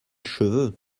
cheveux